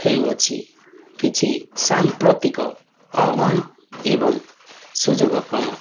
ହେଉଅଛି କିଛି ସାମ୍ପ୍ରତିକ ଆହ୍ୱାନ ଏବଂ ସୁଯୋଗ କ'ଣ